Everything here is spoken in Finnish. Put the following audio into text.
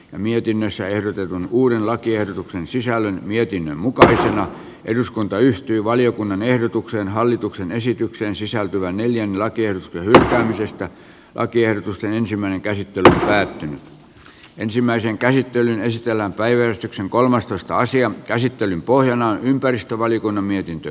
mietinnössä ehdotetun uuden lakiehdotuksen sisällön mietinnön mukaisena eduskunta yhtyi valiokunnan ehdotukseen hallituksen esitykseen sisältyvä neljän lakien hylkäämisestä lakiehdotusten ensimmäinen käsittely päättyi ensimmäisen käsittelyn esitellään päivystyksen kolmastoista asian käsittelyn pohjana on ympäristövaliokunnan mietintö